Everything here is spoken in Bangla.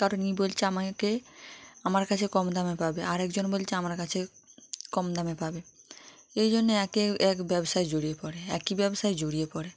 কারণ এ বলছে আমাকে আমার কাছে কম দামে পাবে আর একজন বলছে আমার কাছে কম দামে পাবে এই জন্য একে এক ব্যবসায় জড়িয়ে পড়ে একই ব্যবসায় জড়িয়ে পড়ে